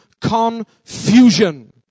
confusion